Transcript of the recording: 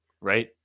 right